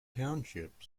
township